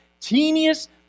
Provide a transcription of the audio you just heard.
teeniest